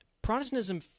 Protestantism